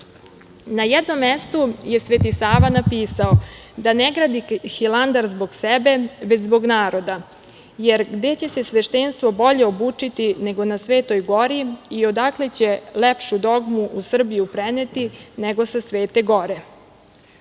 jednom mestu je Sveti Sava napisao da ne gradi Hilandar zbog sebe, već zbog naroda, jer gde će se sveštenstvo bolje obučiti, nego na Svetoj Gori i odakle će lepšu dogmu u Srbiju preneti, nego sa Svete